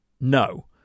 no